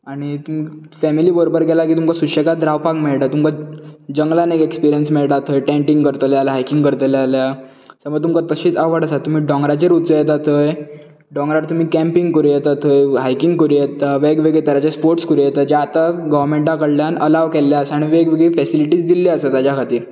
आनी की फेमिली बरोबर गेल्यार की तुमकां सुशेगाद रावपाक मेळटा तुमकां जंगलान एस्पिरियन्स मेळाटा थंय टेंन्टिंग करतले जाल्या हायकिंग करतले जाल्या समज तुमकां तशीच आवड आसा तुमी डोंगराचेर वचूं येता थंय डोंगरार तुमी केंपिंग करूं येता थंय हायकिंग करूं येता वेगवेगळ्या तराचे स्पाॅर्ट करूं येता जे आता गोवरमेंटा कडल्यान अलाव केल्ले आसा वेगवेगळ्यो फेसिलीटी दिल्ल्यो आसा ताजे खातीर